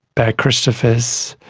barry christophers,